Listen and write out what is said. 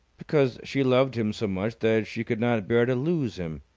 because she loved him so much that she could not bear to lose him.